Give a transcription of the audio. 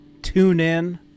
TuneIn